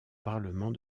parlement